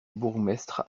bourgmestre